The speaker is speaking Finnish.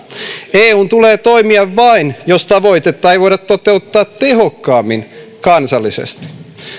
eun tulee toimia vain jos tavoitetta ei voida toteuttaa tehokkaammin kansallisesti